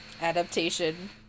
Adaptation